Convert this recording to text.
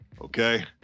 Okay